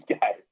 guys